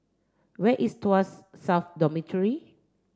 where is Tuas South Dormitory